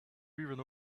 rearing